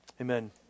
amen